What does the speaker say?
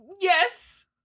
Yes